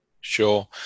Sure